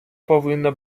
повинна